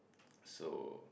so